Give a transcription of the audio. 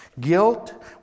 Guilt